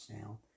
now